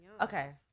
Okay